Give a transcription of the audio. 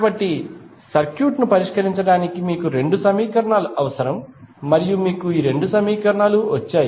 కాబట్టి సర్క్యూట్ పరిష్కరించడానికి మీకు రెండు సమీకరణాలు అవసరం మరియు మీకు ఈ రెండు సమీకరణాలు వచ్చాయి